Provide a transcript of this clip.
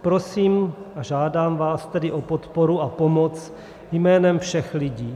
Prosím a žádám vás tedy o podporu a pomoc jménem všech lidí.